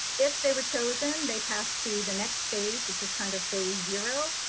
if they were chosen, they passed to the next phase, which is kind of phase zero,